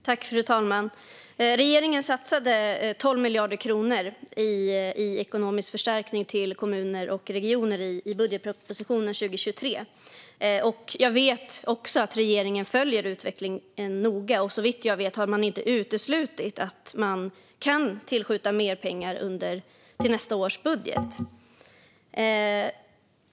Fru talman! Regeringen satsade 12 miljarder kronor i ekonomisk förstärkning till kommuner och regioner i budgetpropositionen 2023. Jag vet också att regeringen följer utvecklingen noga, och såvitt jag vet har man inte uteslutit att man kan tillskjuta mer pengar till nästa års budget.